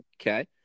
okay